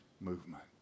movement